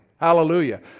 Hallelujah